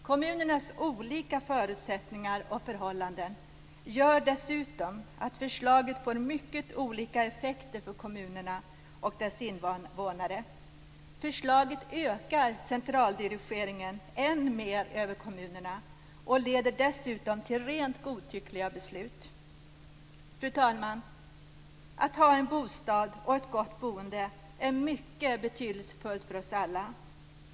Kommunernas olika förutsättningar och förhållanden gör dessutom att förslaget får mycket olika effekter för kommunerna och deras invånare. Förslaget ökar centraldirigeringen än mer över kommunerna och leder dessutom till rent godtyckliga beslut. Fru talman! Att ha en bostad och ett gott boende är mycket betydelsefullt för oss alla.